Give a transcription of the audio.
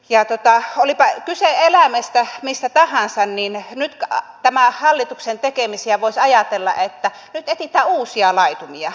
ja olipa kyse eläimestä mistä tahansa niin nyt tämän hallituksen tekemisistä voisi ajatella että nyt etsitään uusia laitumia